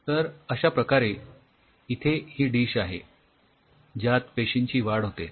तर अश्या प्रकारे इथे ही डिश आहे ज्यात पेशींची वाढ होते